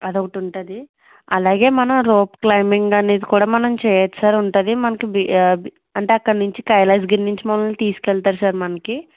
అది ఒకటి ఉంటుంది అలాగే మనం రోప్ క్లైంబింగ్ అనేది కూడా మనం చేయవచ్చు సర్ ఉంటుంది మనకి బీ అంటే అక్కడి నుంచి కైలాసగిరి నుంచి మనలని తీసుకెళతారు మనకి